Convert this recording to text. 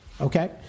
okay